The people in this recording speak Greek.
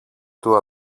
του